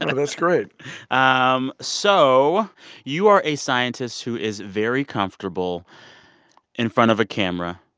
and that's great um so you are a scientist who is very comfortable in front of a camera,